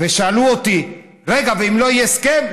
שאלו אותי: רגע, ואם לא יהיה הסכם?